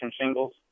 shingles